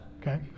okay